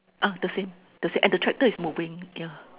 ah the same the same and the tractor is moving ya